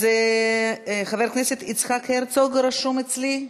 חבר הכנסת יצחק הרצוג רשום אצלי,